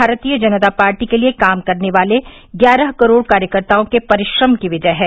Bharatiya Janata party के लिए काम करने वाले ग्यारह करोड़ कार्यकर्ताओं के परिश्रम की विजय है